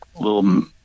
little